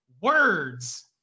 Words